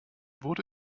wurde